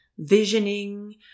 Visioning